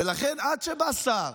ולכן, עד שבא שר